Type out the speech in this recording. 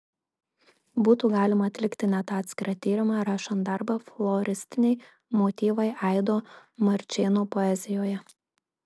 būtų galima atlikti net atskirą tyrimą rašant darbą floristiniai motyvai aido marčėno poezijoje